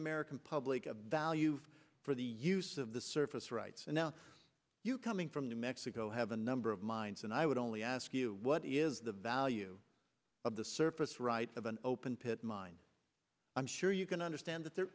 american public a value for the use of the surface rights and now you coming from new mexico have a number of mines and i would only ask you what is the value of the surface rights of an open pit mine i'm sure you can understand that there